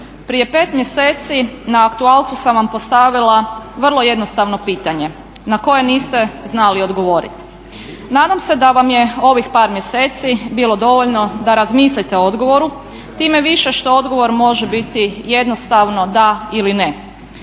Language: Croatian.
prije 5 mjeseci na aktualcu sam vam postavila vrlo jednostavno pitanje na koje niste znali odgovoriti. Nadam se da vam je ovih par mjeseci bilo dovoljno da razmislite o odgovoru, tim više što odgovor može biti jednostavno da ili ne.